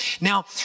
Now